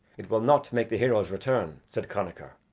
it will not make the heroes return, said connachar